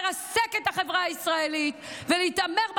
מותר לרסק את החברה הישראלית ולהתעמר בחלשים,